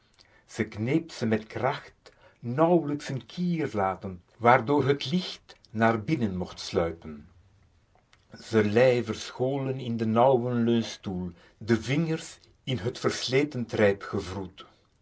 kneep ze met kracht nauwlijks een kier latend waardoor het licht naar binnen mocht sluipen ze lei verscholen in den ouwen leunstoel de vingers in het versleten trijp gewroet